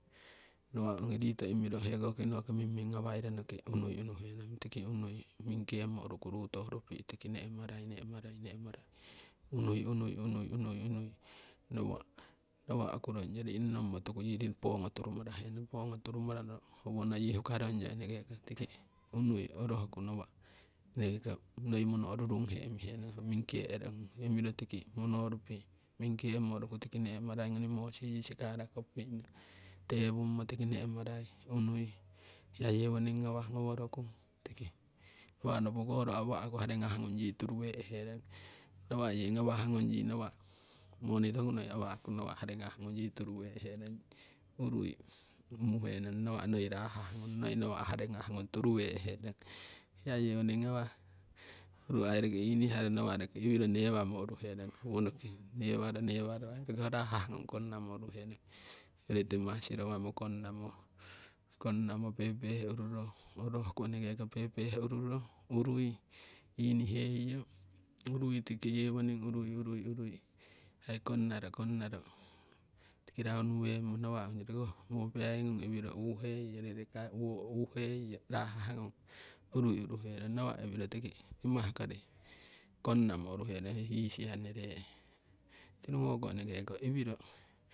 Nawa' ongi rito imiro hekoki noki mimming ngawai ronoki unui unuhenong tiki unui mingkemo uruku rutohurupi tiki ne'marai, ne'marai unui unui unui nawa' okurung yo rinonommo tuku yii pogo turumarahe nong. Pogo turumararo howono yii huka rong yo orohku nawa' eneke ko noi mono rurunghe imihe nong noi mingkee rong imiro tiki mono rupi' mingkemo uruku tiki ne'marai ngoni mosi yii sikara kopupi' nuiyong tewummo tiki ne'marai unui, hiya yewoning ngawah ngowo roku tiki. Nawa' nopo kolo awa'ku harigah ngung yii turu weherong, nawa' yee ngawah ngung yii nawa' money tokunoi awa'ku nawa' harigah ngung yii turu weherong urui unuhenong nawa' noi rahah ngung noi nawa' harigah ngung turu we'hee rong. Hiya yewoning ngawah ho aii roki iniharo nawa' roki iwiro newamo uruherong howonoki. Newaro, newaro aii roki ho rahah ngung kongnamo uruherong hoyori timah sirowamo kongnamo, kongnamo pehpeh ururo. Orohku eneke ko pehpeh ururo urui iniheiyo urui tiki yewoning urui tiki raunu wemmo nawa' ongyori koh mopiyai namah iwiro uheiyo rahah ngung urui uruhe rong nawa' iwiro tiki timah kori kongnamo uruherong hisia noree. Tirugoko enekeko iwiro.